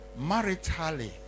maritally